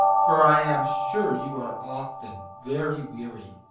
for i am sure you are often very weary!